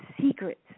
secrets